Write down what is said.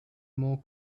more